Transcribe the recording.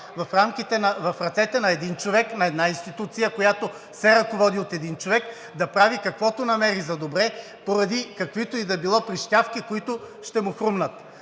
в ръцете на един човек, на една институция, която се ръководи от един човек, да прави каквото намери за добре, поради каквито и да било прищевки, които ще му хрумнат.